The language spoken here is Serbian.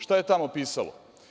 Šta je tamo pisalo?